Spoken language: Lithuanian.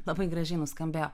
labai gražiai nuskambėjo